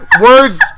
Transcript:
words